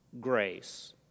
grace